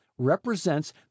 represents